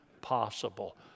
possible